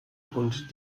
und